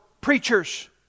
preachers